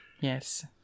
Yes